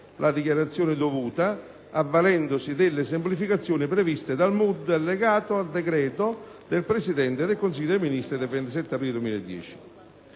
la dichiarazione dovuta, avvalendosi delle semplificazioni previste dal MUD allegato al decreto del Presidente del Consiglio dei ministri del 27 aprile 2010.